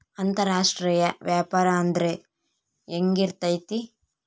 ಅಂತರಾಷ್ಟ್ರೇಯ ವ್ಯಾಪಾರ ಅಂದ್ರೆ ಹೆಂಗಿರ್ತೈತಿ?